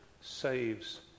saves